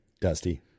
Dusty